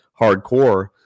hardcore